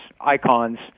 icons